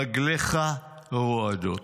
רגליך רועדות.